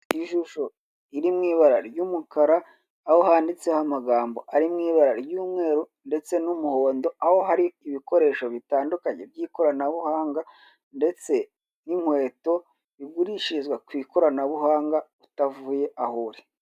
Ishusho iri mu ibara ry'umukara, aho handitseho amagambo ari mu ibara ry'umweru ndetse n'umuhondo, aho hari ibikoresho bitandukanye by'ikoranabuhanga, ndetse n'inkweto bigurishirizwa ku ikoranabuhanga utayuye aho uri.